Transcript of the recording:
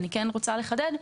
ואני רוצה לחדד.